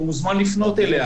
והוא מוזמן לפנות אליה.